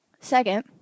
Second